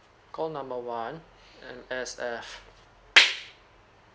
call number one M_S_F